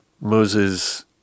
Moses